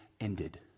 ended